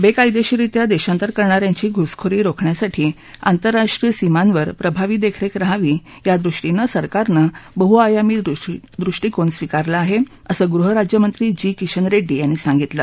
बेकायदेशीररित्या देशांतर करणा यांची घुसखोरी रोखण्यासाठी आंतरराष्ट्रीय सीमांवर प्रभावी देखरेख रहावी यादृष्टीनं सरकारनं बहुआयामी दृष्टीकोन स्वीकारला आहे असं गृह राज्यमंत्री जी किशन रेड्डी यांनी सांगितलं